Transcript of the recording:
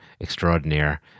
extraordinaire